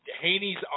Haney's